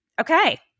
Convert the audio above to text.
Okay